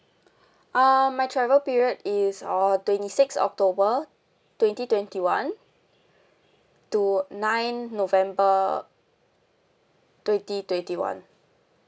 uh my travel period is uh twenty six october twenty twenty one to nine november twenty twenty one